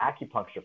acupuncture